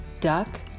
Duck